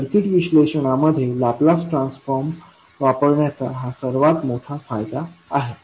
circuit विश्लेषणामध्ये Laplace transform वापरण्याचा हा सर्वात मोठा फायदा आहे